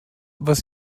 was